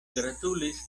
gratulis